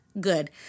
Good